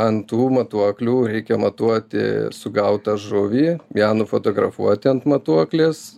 ant tų matuoklių reikia matuoti sugautą žuvį ją nufotografuoti ant matuoklės